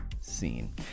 scene